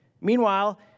Meanwhile